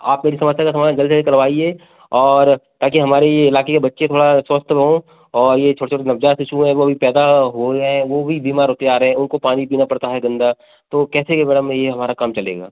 आप मेरी समस्या का समाधान जल्द से जल्द करवाइए और ताकि हमारी इलाके के बच्चे थोड़ा स्वस्थ हों और ये छोटे छोटे नवजात शिशु हैं वो भी पैदा हुए हैं वो भी बीमार हो के आ रहे हैं उनको पानी पीना पड़ता है गंदा तो कैसे ये मैडम ये हमारा काम चलेगा